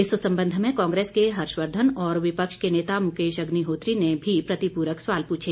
इस संबंध में कांग्रेस के हर्षवर्धन और विपक्ष के नेता मुकेश अग्निहोत्री ने भी प्रतिपूर्वक सवाल पूछे